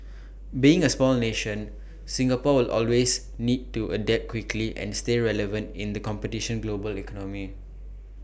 being A small nation Singapore will always need to adapt quickly and stay relevant in the competition global economy